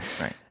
right